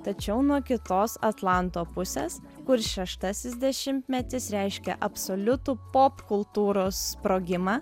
tačiau nuo kitos atlanto pusės kur šeštasis dešimtmetis reiškia absoliutų popkultūros sprogimą